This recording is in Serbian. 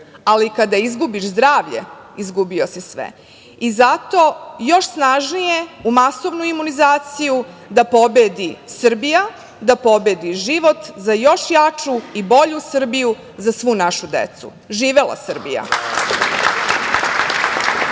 ali kada izgubiš zdravlje izgubio si sve." Zato, još snažnije u masovnu imunizaciju da pobedi Srbija, da pobedi život za još jaču i bolju Srbiju za svu našu decu. Živela Srbija.